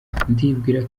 ndibwira